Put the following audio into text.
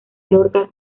lorca